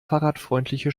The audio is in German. fahrradfreundliche